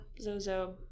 Zozo